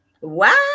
Wow